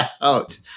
out